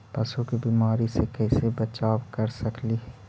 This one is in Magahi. पशु के बीमारी से कैसे बचाब कर सेकेली?